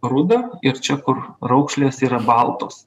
ruda ir čia kur raukšlės yra baltos